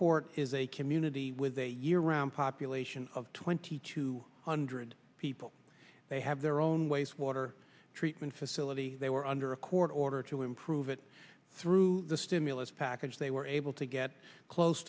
greenport is a community with a year round population of twenty two hundred people they have their own wastewater treatment facility they were under a court order to improve it through the stimulus package they were able to get close